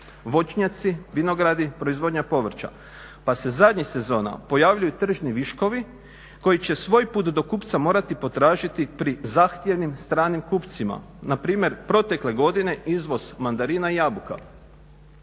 voćnjaci, vinogradi, proizvodnja povrća. Pa se zadnjih sezona pojavljuju tržišni viškovi koji će svoj put do kupca morati potražiti pri zahtjevnim stranim kupcima. Npr. protekle godine izvoz mandarina i jabuka.